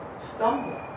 stumble